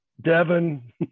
Devin